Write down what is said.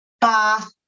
bath